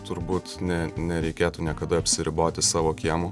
turbūt ne nereikėtų niekada apsiriboti savo kiemu